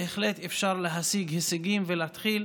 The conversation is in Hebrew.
בהחלט אפשר להשיג הישגים ולהתחיל